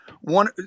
one